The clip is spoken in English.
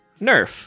Nerf